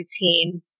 routine